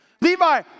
Levi